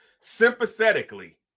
sympathetically